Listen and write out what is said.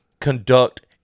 conduct